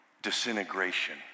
disintegration